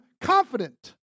confident